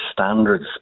standards